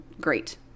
great